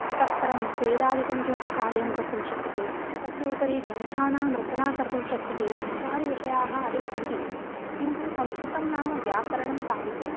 ततः परं वेदादिकं किमपि कार्यं कर्तुं शक्यते तस्य उपरि ग्रन्थानां रचना कर्तुं शक्यते इत्यादिविषयाः अपि सन्ति किन्तु संस्कृतं नाम व्याकरणं साहित्यं